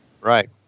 Right